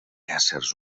éssers